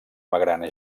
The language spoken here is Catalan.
magrana